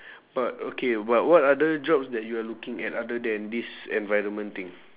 but okay but what other jobs that you are looking at other than this environment thing